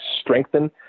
strengthen